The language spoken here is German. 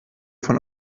von